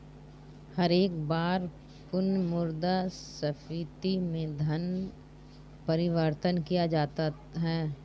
हर एक बार पुनः मुद्रा स्फीती में धन परिवर्तन किया जाता है